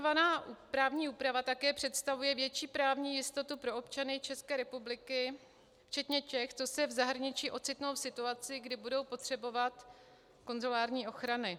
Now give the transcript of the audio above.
Navrhovaná právní úprava také přestavuje větší právní jistotu pro občany České republiky, včetně těch, co se v zahraničí ocitnou v situaci, kdy budou potřebovat konzulární ochranu.